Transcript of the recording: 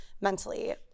mentally